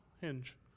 hinge